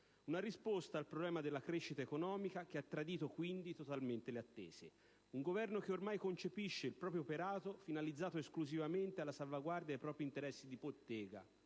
La risposta al problema della crescita economica ha tradito, quindi, totalmente le attese. Il Governo ormai concepisce il proprio operato finalizzato esclusivamente alla salvaguarda dei propri interessi di bottega,